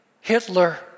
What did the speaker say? Hitler